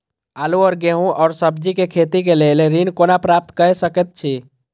आलू और गेहूं और सब्जी के खेती के लेल ऋण कोना प्राप्त कय सकेत छी?